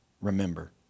remember